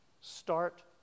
Start